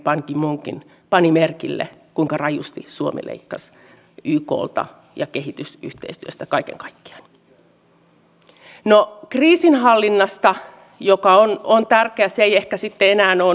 uudellamaalla ely keskuksesta ei saanut starttirahoja yrityksille kesästä pitkälle syksyyn ja mikä häpeällisintä vammaisten osalta työllistymistukien jako lopetettiin ensimmäisenä kun viimeisiä vähiä varoja priorisoitiin